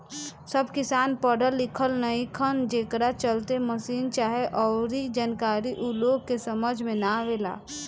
सब किसान पढ़ल लिखल नईखन, जेकरा चलते मसीन चाहे अऊरी जानकारी ऊ लोग के समझ में ना आवेला